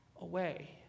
away